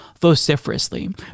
vociferously